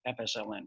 FSLN